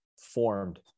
formed